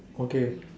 okay